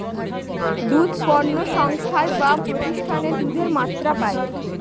দুধ পণ্য সংস্থায় বা প্রতিষ্ঠানে দুধের মাত্রা পায়